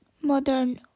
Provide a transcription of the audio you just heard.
Modern